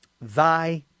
Thy